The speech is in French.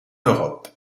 europe